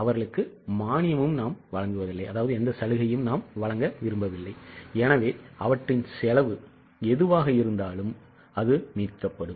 அவர்களுக்கு மானியம் வழங்க விரும்பவில்லை எனவே அவற்றின் செலவு எதுவாக இருந்தாலும் அது மீட்கப்படும்